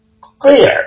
clear